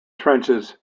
trenches